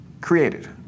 created